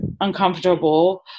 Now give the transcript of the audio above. uncomfortable